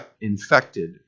infected